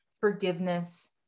forgiveness